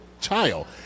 child